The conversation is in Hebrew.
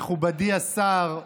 מכובדי השר,